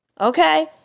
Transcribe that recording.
Okay